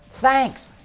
Thanks